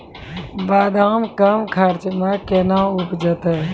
बादाम कम खर्च मे कैना उपजते?